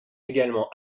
également